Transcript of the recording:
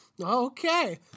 Okay